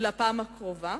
לפעם הקרובה.